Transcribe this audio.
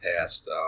past